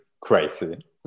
crazy